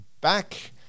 back